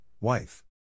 wife